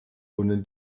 ohne